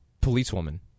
policewoman